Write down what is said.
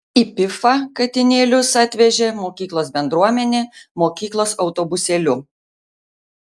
į pifą katinėlius atvežė mokyklos bendruomenė mokyklos autobusėliu